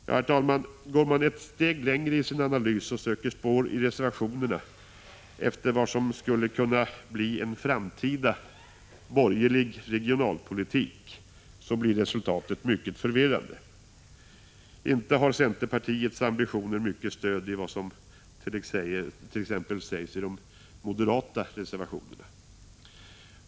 Ja, herr talman, går man ett steg längre i sin analys och söker spår i reservationerna efter vad som skulle kunna bli en framtida borgerlig regionalpolitik, blir resultatet mycket förvirrande. Inte får centerpartiets ambitioner mycket stöd i t.ex. de moderata reservationerna.